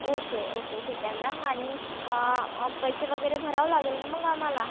okay okay ठीक आहे ma'am आणि पैसे वगैरे भरावं लागेल ना मग आम्हाला